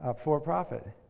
ah for-profit,